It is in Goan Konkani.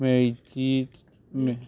मेथी